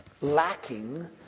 lacking